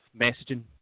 messaging